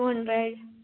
phone bag में